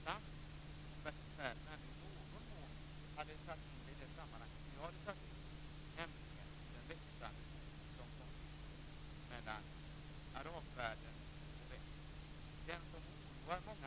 Här byggs en konflikt som på längre sikt är farlig för denna värld.